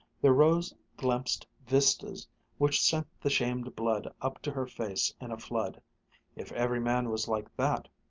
there rose glimpsed vistas which sent the shamed blood up to her face in a flood if every man was like that,